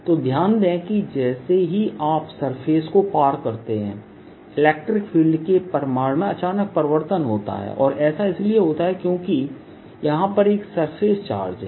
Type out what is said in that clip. तो ध्यान दें कि जैसे ही आप सरफेस को पार करते हैं इलेक्ट्रिक फील्ड के परिमाण में अचानक परिवर्तन होता है और ऐसा इसलिए होता है क्योंकि यहां पर एक सरफेस चार्ज है